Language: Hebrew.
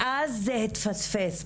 ואז זה התפספס.